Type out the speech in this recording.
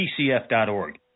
PCF.org